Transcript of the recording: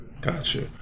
Gotcha